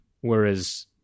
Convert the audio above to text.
whereas